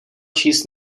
číst